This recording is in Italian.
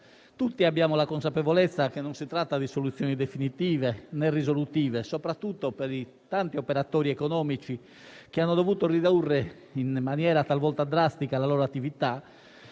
Tutti abbiamo la consapevolezza che non si tratta di soluzioni definitive né risolutive, soprattutto per i tanti operatori economici che hanno dovuto ridurre, in maniera talvolta drastica, la loro attività